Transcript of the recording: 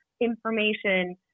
information